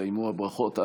שיסתיימו הברכות.